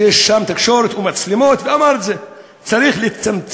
שיש שם תקשורת ומצלמות, ואמר את זה: צריך לצמצם,